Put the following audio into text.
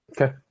Okay